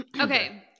Okay